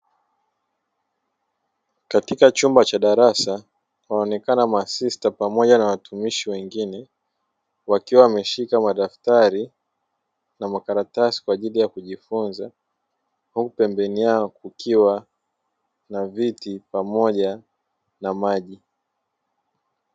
Katika chumba cha darasa, wanaonekana masista pamoja na watumishi wengine wakiwa wameshika madaftari na makaratasi kwaajili ya kujifunza huku pembeni yao kukiwa na viti pamoja na maji.